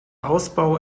ausbau